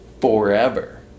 forever